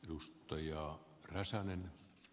arvoisa herra puhemies